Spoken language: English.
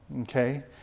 okay